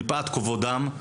מפאת כבודם,